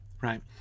right